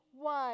one